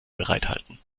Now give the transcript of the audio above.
bereithalten